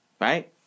right